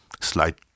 slight